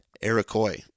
Iroquois